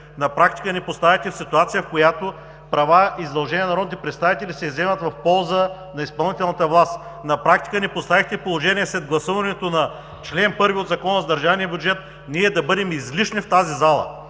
На практика ни поставяте в ситуация, в която права и задължения на народните представители се изземат в полза на изпълнителната власт. На практика ни поставихте в положение, след гласуването на чл. 1 от Закона за държавния бюджет, ние да бъдем излишни в тази зала.